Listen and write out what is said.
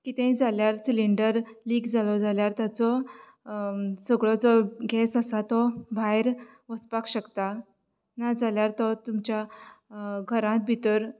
कितेंय जाल्यार cylinder leak जालो जाल्यार ताचो सगळो जो गॅस आसा तो भायर वसपाक शकता नाजाल्यार तो तुमच्या घरांत भितर